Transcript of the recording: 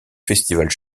festivals